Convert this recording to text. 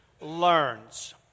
learns